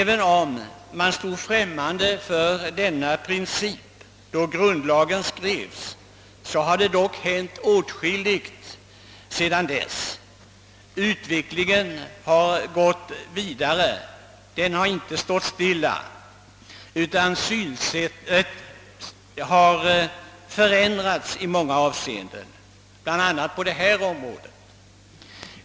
Man stod visserligen främmande för denna princip då grundlagen skrevs, men det har dock hänt åtskilligt sedan dess. Utvecklingen har inte stått stilla utan gått vidare, och synsätten har i många avseenden förändrats, bl.a. på detta område.